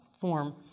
form